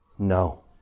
No